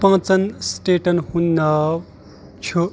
پانٛژَن سٹیٹَن ہُنٛد ناو چھُ